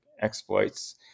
exploits